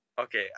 Okay